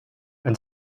and